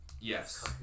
Yes